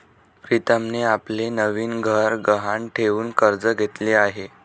प्रीतमने आपले नवीन घर गहाण ठेवून कर्ज घेतले आहे